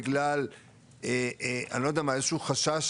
בגלל איזה שהוא חשש,